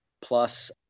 plus